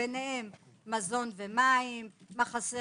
ביניהם: מזון ומים; מחסה